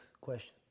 question